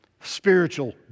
spiritual